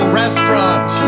restaurant